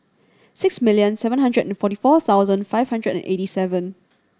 six million seven hundred and forty four thousand five hundred and eighty seven